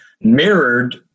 mirrored